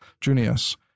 Junius